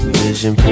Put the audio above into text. vision